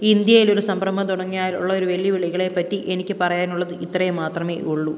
ഇന്ത്യയിൽ ഒരു സംരംഭം തുടങ്ങിയാൽ ഉള്ള ഒരു വെല്ലുവിളികളെ പറ്റി എനിക്ക് പറയാനുള്ളത് ഇത്രയും മാത്രമേ ഉള്ളൂ